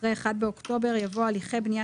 אחרי '1 באוקטובר' יבוא 'הליכי בנייה